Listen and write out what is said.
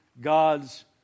God's